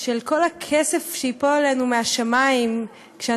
על כל הכסף שייפול עלינו מהשמים כשאנחנו